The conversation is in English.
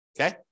Okay